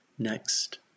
Next